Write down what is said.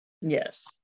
Yes